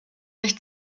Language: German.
durch